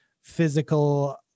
physical